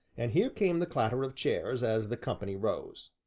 and here came the clatter of chairs as the company rose.